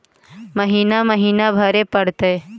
महिना महिना भरे परतैय?